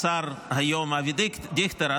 השר היום אבי דיכטר,